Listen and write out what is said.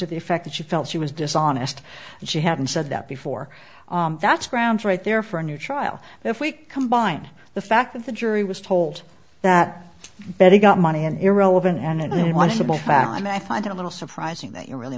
to the effect that she felt she was dishonest and she hadn't said that before that's grounds right there for a new trial if we combine the fact that the jury was told that betty got money and irrelevant and they wanted to be found i mean i find it a little surprising that you really